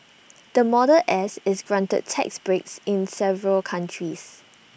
the model S is granted tax breaks in several countries